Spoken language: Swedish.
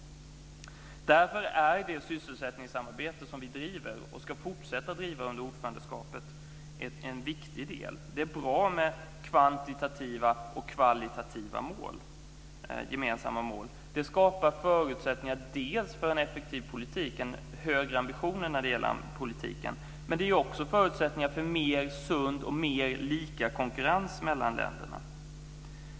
Därför är det sysselsättningssamarbete som vi driver, och ska fortsätta att driva under ordförandeperioden, en viktig del. Det är bra med kvantitativa och kvalitativa gemensamma mål. Det skapar förutsättningar för en effektiv politik och högre ambitioner i politiken. Men det ger också förutsättningar för mer sund och mer lika konkurrens mellan länderna.